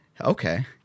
Okay